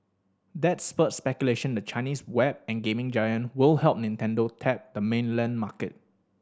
that spurred speculation the Chinese web and gaming giant will help Nintendo tap the mainland market